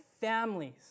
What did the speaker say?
families